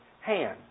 hand